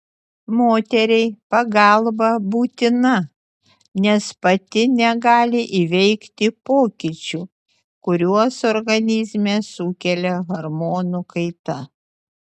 moteriai pagalba būtina nes pati negali įveikti pokyčių kuriuos organizme sukelia hormonų kaita